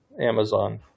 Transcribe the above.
Amazon